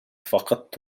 فقدت